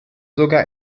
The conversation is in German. sogar